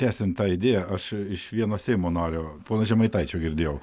tesiant tą idėją aš iš vieno seimo nario pono žemaitaičio girdėjau